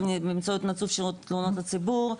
באמצעות נציב שירות תלונות הציבור,